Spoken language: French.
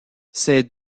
ces